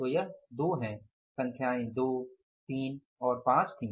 तो यह 2 है संख्याये 2 3 और 5 थी